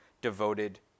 devoted